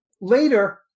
later